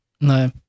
No